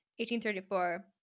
1834